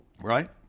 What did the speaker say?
right